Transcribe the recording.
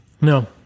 No